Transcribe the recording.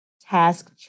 task